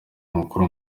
mukuru